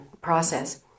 process